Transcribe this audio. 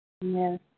Yes